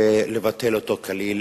ולבטל אותו כליל.